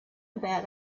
about